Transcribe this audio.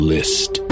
List